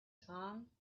tom